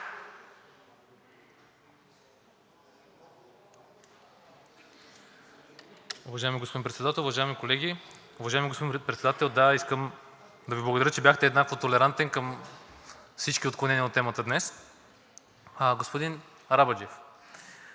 Уважаеми господин Председател, уважаеми колеги! Уважаеми господин Председател, да, искам да Ви благодаря, че бяхте еднакво толерантен към всички отклонения от темата днес. Господин Арабаджиев,